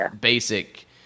Basic